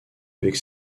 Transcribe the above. avec